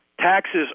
taxes